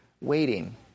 waiting